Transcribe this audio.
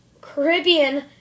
Caribbean